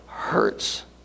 hurts